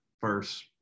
first